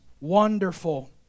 wonderful